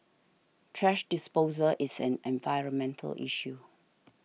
thrash disposal is an environmental issue